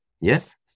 yes